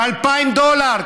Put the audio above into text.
ב-2,000 דולר.